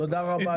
תודה רבה.